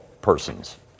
persons